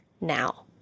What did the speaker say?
now